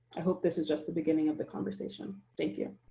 i hope this is just the beginning of the conversation. thank you.